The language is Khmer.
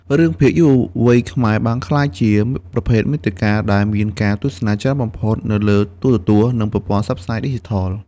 រឿងភាគយុវវ័យខ្មែរបានក្លាយជា ប្រភេទមាតិកា ដែលមានការទស្សនាច្រើនបំផុតនៅលើទូរទស្សន៍និងប្រព័ន្ធផ្សព្វផ្សាយឌីជីថល។